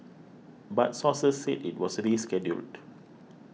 but sources said it was rescheduled